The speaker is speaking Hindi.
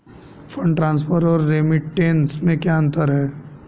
फंड ट्रांसफर और रेमिटेंस में क्या अंतर है?